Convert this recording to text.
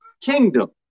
kingdom